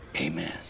amen